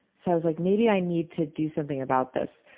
so i was like maybe i need to do something about this.